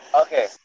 Okay